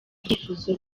ibyifuzo